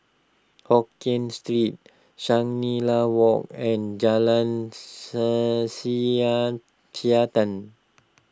Hokkien Street Shangri La Walk and Jalan sir Siantan